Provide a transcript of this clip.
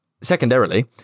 Secondarily